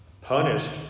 punished